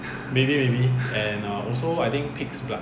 maybe maybe and err also I think pig's blood